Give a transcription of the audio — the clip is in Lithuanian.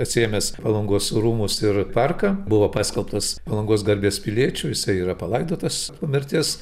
atsiėmęs palangos rūmus ir parką buvo paskelbtas palangos garbės piliečiu jisai yra palaidotas po mirties